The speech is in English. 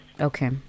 Okay